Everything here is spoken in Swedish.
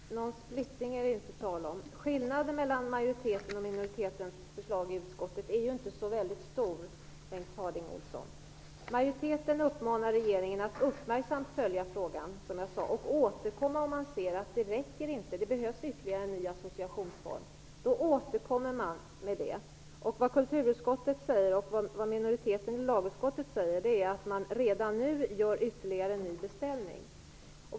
Fru talman! Det är inte tal om någon splittring. Skillnaden mellan majoritetens och minoritetens förslag i utskottet är inte så väldigt stor, Bengt Harding Olson. Majoriteten uppmanar regeringen att uppmärksamt följa frågan, som jag sade, och återkomma om man ser att detta inte räcker och att det behövs ytterligare en ny associationsform. Då återkommer regeringen med det. Kulturutskottet och minoriteten i lagutskottet vill att man redan nu skall göra ytterligare en ny beställning.